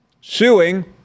suing